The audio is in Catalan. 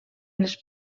les